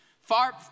Far